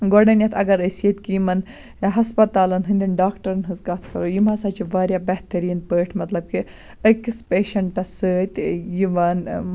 گۄڈنیٚتھ اَگَر أسۍ ییٚتِک یِمَن ہَسپَتالَن ہٕنٛدیٚن ڈاکٹرن ہٕنٛز کتھ کَرَو یِم ہَسا چھِ واریاہ بہتریٖن پٲٹھۍ مَطلَب کہِ أکِس پیشَنٹَس سۭتۍ یِوان